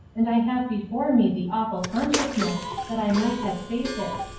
and i have before me the awful consciousness that i might have saved it.